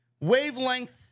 wavelength